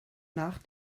nach